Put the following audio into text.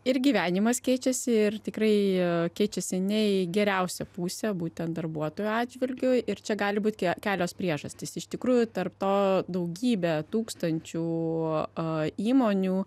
ir gyvenimas keičiasi ir tikrai keičiasi ne į geriausią pusę būtent darbuotojų atžvilgiu ir čia gali būt kelios priežastys iš tikrųjų tarp to daugybę tūkstančių įmonių